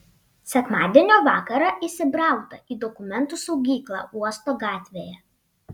sekmadienio vakarą įsibrauta į dokumentų saugyklą uosto gatvėje